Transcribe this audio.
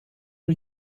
are